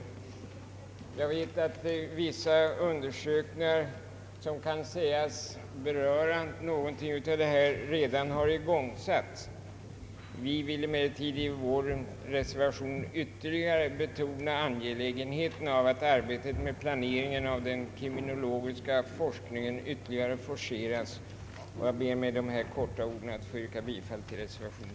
Jag vet att vissa undersökningar, som kan i någon mån sägas beröra detta, redan har igångsatts. Vi vill emellertid i vår reservation betona angelägenheten av att arbetet med den kriminologiska forskningens planering ytterligare forceras. Jag ber att med denna korta motivering få yrka bifall till reservationen.